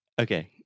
Okay